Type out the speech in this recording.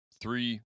three